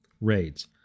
Raids